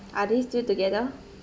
are they still together